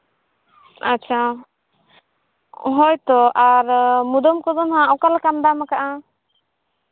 ᱟᱪᱪᱷᱟ ᱦᱳᱭᱛᱳ ᱟᱨ ᱢᱩᱫᱟᱹᱢ ᱠᱚᱠᱚ ᱦᱟᱸᱜ ᱚᱠᱟᱞᱮᱠᱟᱢ ᱫᱟᱢᱟᱠᱟᱜᱼᱟ